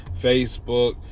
Facebook